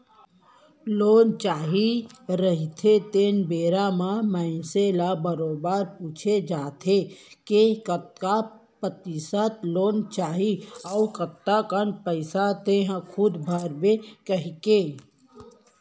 loan चाही रहिथे तेन बेरा म मनसे ल बरोबर पूछे जाथे के कतका परतिसत लोन चाही अउ कतका कन पइसा तेंहा खूद भरबे कहिके